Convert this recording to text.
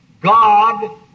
God